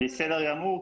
בסדר גמור,